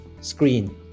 screen